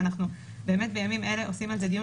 ואנחנו בימים אלה מקיימים על זה דיון